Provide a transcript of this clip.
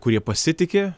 kurie pasitiki